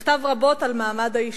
נכתב רבות על מעמד האשה,